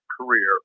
career